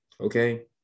okay